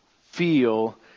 feel